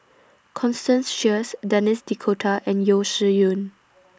Constance Sheares Denis D'Cotta and Yeo Shih Yun